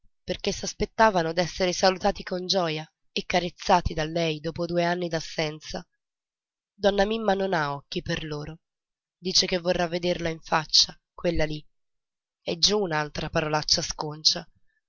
perché s'aspettavano d'esser salutati con gioja e carezzati da lei dopo due anni d'assenza donna mimma non ha occhi per loro dice che vorrà vederla in faccia quella lì